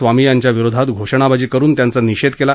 स्वामी यांच्या विरोधात घोषणाबाजी करुन त्यांचा निषेध केला